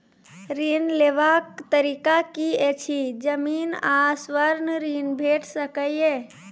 ऋण लेवाक तरीका की ऐछि? जमीन आ स्वर्ण ऋण भेट सकै ये?